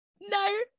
no